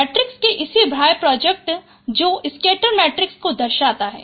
matrix के इसी बाह्य प्रोडक्ट जो स्कैटर मैट्रिक्स को दर्शाता है